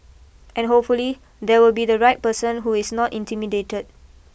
and hopefully there will be the right person who is not intimidated